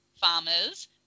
farmers